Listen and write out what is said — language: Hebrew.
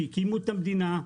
באנשים שהקימו את המדינה,